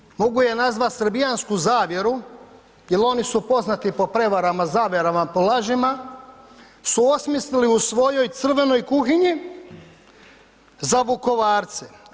Tu jednu, mogu je nazvati srbijansku zavjeru jer oni su poznati po prijevarama, zavjerama, po lažima su osmislili u svojoj crvenoj kuhinji za Vukovarce.